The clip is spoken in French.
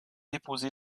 déposé